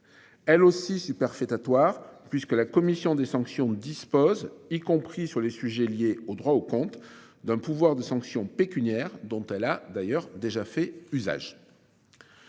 Elle aussi superfétatoire puisque la commission des sanctions dispose, y compris sur les sujets liés au droit au compte d'un pouvoir de sanction pécuniaires dont elle a d'ailleurs déjà fait usage.